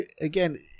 Again